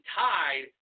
tied